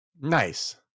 Nice